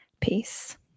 Peace